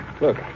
Look